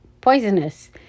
poisonous